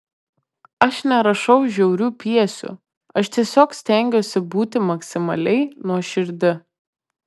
aš nerašau žiaurių pjesių aš tiesiog stengiuosi būti maksimaliai nuoširdi